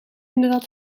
nadat